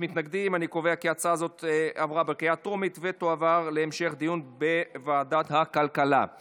ההצעה הזאת תעבור לוועדת הכלכלה להמשך דיון.